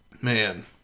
Man